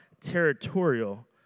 territorial